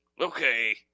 Okay